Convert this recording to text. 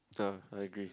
the I agree